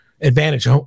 Advantage